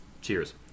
Cheers